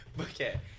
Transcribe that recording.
okay